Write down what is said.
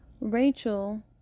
Rachel